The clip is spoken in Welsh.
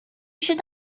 eisiau